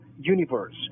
universe